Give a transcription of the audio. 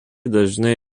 dažnai